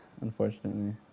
Unfortunately